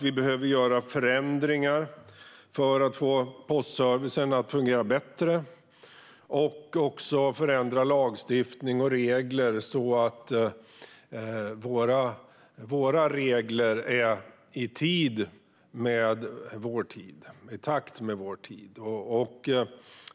Vi behöver göra förändringar för att få postservicen att fungera bättre och också förändra lagstiftning och regler så att de är i takt med vår tid.